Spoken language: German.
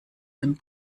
dem